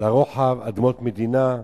לרוחב, אדמות מדינה,